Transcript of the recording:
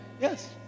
Yes